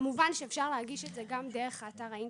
כמובן שאפשר להגיש את זה גם דרך אתר האינטרנט,